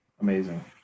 amazing